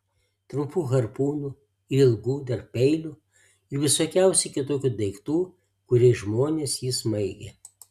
trumpų harpūnų ir ilgų dar peilių ir visokiausių kitokių daiktų kuriais žmonės jį smaigė